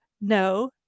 no